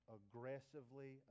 aggressively